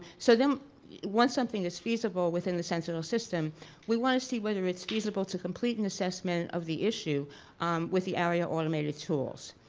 so then once something is feasible within the sentinel system we want to see whether it's feasible to complete an assessment of the issue with the aria automated tools.